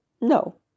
No